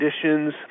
conditions